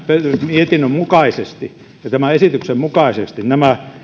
mietinnön mukaisesti ja tämän esityksen mukaisesti nämä